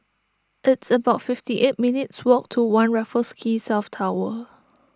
it's about fifty eight minutes' walk to one Raffles Quay South Tower